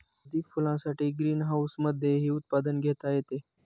अधिक फुलांसाठी ग्रीनहाऊसमधेही उत्पादन घेता येते